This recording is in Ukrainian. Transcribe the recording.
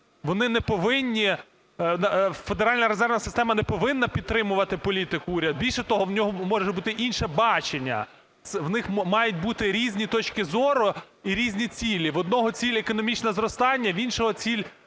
Федеральна резервна система не повинна підтримувати політику уряду, більше того, в нього може бути інше бачення. У них мають бути різні точки зору і різні цілі: в одного ціль – економічне зростання, в іншого ціль – баланс економічного зростання,